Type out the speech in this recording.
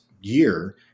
year